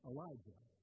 Elijah